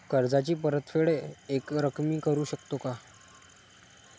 कर्जाची परतफेड एकरकमी करू शकतो का?